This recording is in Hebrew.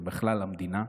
ובכלל למדינה.